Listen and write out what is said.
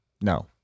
No